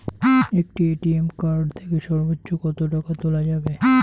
একটি ATM card থেকে সর্বোচ্চ কত টাকা তোলা যাবে?